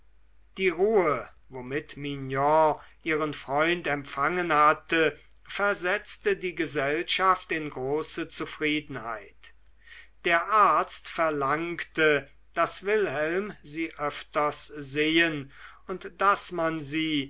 die ruhe womit mignon ihren freund empfangen hatte versetzte die gesellschaft in große zufriedenheit der arzt verlangte daß wilhelm sie öfters sehen und daß man sie